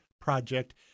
project